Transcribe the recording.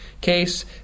case